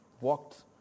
walked